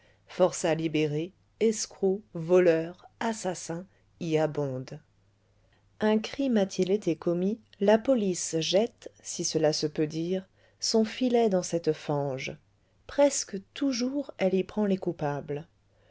forçats libérés escrocs voleurs assassins y abondent un crime a-t-il été commis la police jette si cela se peut dire son filet dans cette fange presque toujours elle y prend les coupables